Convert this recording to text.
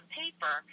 paper